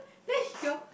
then your